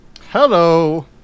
hello